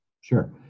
sure